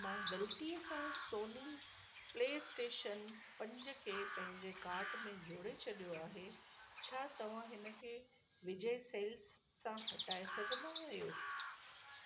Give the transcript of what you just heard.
मां गलतीअ सां सोनी प्लेस्टेशन पंज खे पंहिंजे कार्ट में जोड़े छॾियो आहे छा तव्हां हिनखे विजय सेल्स सां हटाइ सघंदा आहियो